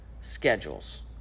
schedules